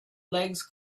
legs